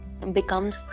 becomes